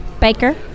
Baker